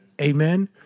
Amen